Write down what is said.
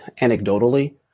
anecdotally